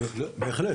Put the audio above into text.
בהחלט.